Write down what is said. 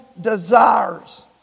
desires